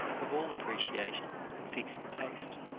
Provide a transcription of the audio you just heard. of all appreciation in fixing taste,